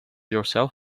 yourself